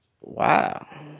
Wow